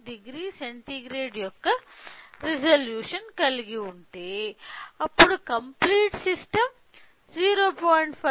390 centigrade యొక్క resolution కలిగి ఉంటే అప్పుడు కంప్లీట్ సిస్టం 0